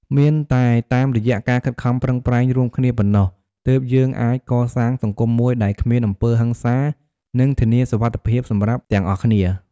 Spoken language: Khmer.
មានតែតាមរយៈការខិតខំប្រឹងប្រែងរួមគ្នាប៉ុណ្ណោះ ទើបយើងអាចកសាងសង្គមមួយដែលគ្មានអំពើហិង្សា និងធានាសុវត្ថិភាពសម្រាប់ទាំងអស់គ្នា។